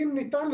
אם ניתן,